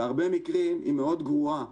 בהרבה מקרים היא מאוד גרועה.